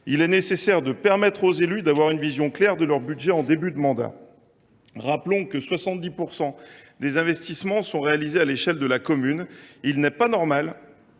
Il est nécessaire de permettre aux élus d’avoir une vision claire de leur budget en début de mandat. Rappelons que 70 % des investissements sont réalisés à l’échelle de la commune. Il n’est pas normal